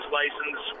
license